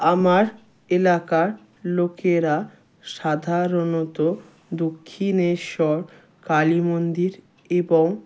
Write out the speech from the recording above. আমার এলাকার লোকেরা সাধারণত দক্ষিণেশ্বর কালী মন্দির এবং